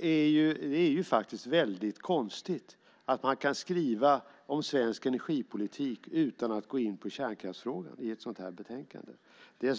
Det är väldigt konstigt att man kan skriva om svensk energipolitik utan att gå in på kärnkraftsfrågan i ett sådant här betänkande.